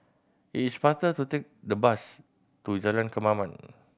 it is faster to take the bus to Jalan Kemaman